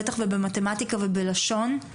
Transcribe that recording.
בטח במתמטיקה ובלשון.